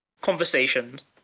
Conversations